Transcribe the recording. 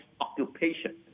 occupation